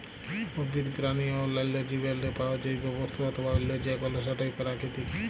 উদ্ভিদ, পেরানি অ অল্যাল্য জীবেরলে পাউয়া জৈব বস্তু অথবা অল্য যে কল সেটই পেরাকিতিক